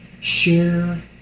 share